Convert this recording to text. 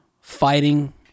fighting